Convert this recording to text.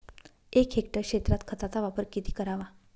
एक हेक्टर क्षेत्रात खताचा वापर किती करावा?